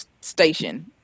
station